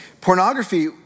Pornography